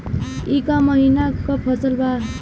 ई क महिना क फसल बा?